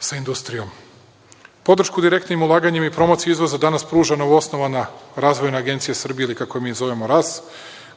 sa industrijom. Podršku direktnim ulaganjima i promociju izvoza danas pruža novoosnovana Razvojna agencija Srbije, ili kako je mi zovemo RAS,